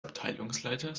abteilungsleiter